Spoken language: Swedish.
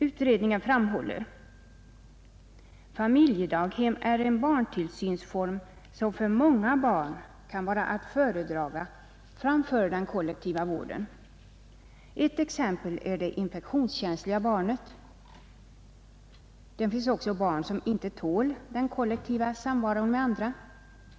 Utredningen framhåller: ”Familjedaghem är en barntillsynsform, som för många barn kan var att föredraga framför den kollektiva vården. Ett exempel är det infektionskänsliga barnet. Det finns också barn som ej tål den kollektiva samvaron med andra.